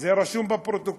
וזה יהיה רשום בפרוטוקול: